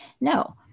No